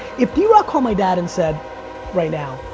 if drock called my dad and said right now,